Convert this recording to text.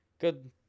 good